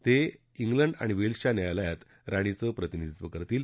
ते केंड आणि वेल्सच्या न्यायालयात राणीचं प्रतिनिधीत्व करतील